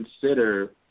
consider